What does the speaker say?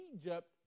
Egypt